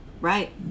right